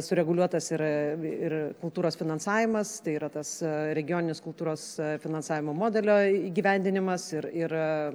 sureguliuotas yra ir kultūros finansavimas tai yra tas regioninis kultūros finansavimo modelio įgyvendinimas ir ir